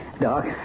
Doc